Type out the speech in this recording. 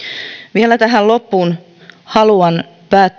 vielä tähän loppuun haluan